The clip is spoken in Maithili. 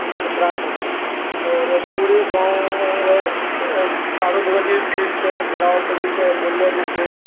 बजित्रा पूजा आओर पुरे गाँव रऽ चारो बगल इर्द गिर्दसँ घेराव करिके बोललो जाइत छै